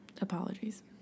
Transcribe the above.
Apologies